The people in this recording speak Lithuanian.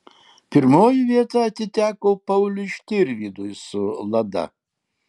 pirmoji vieta atiteko pauliui štirvydui su lada